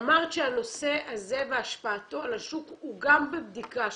אמרת שהנושא הזה והשפעתו על השוק הוא גם בבדיקה שלכם,